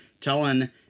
telling